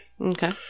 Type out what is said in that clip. Okay